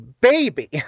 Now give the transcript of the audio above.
baby